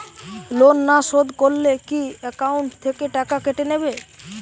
Loan না শোধ করলে কি একাউন্ট থেকে টাকা কেটে নেবে?